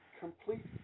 complete